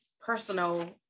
personal